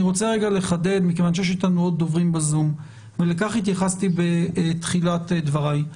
אני רוצה לחדד מכיוון שיש עוד דוברים ב-זום ולכך התייחסתי בתחילת דבריי.